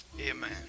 amen